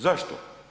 Zašto?